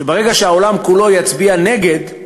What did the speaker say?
שברגע שהעולם כולו יצביע נגד,